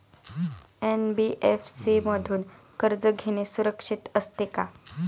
NBFC मधून कर्ज घेणे सुरक्षित असते का?